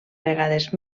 vegades